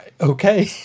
okay